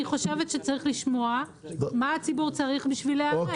אני חושבת שצריך לשמוע מה הציבור צריך בשביל להיערך,